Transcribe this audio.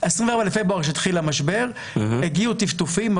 ב-24 בפברואר כשהתחיל המשבר הגיעו טפטופים,